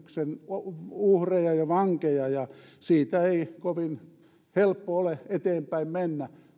heikon talouskehityksen uhreja ja vankeja ja siitä ei kovin helppo ole eteenpäin mennä